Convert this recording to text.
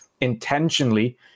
intentionally